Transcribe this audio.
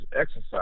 exercise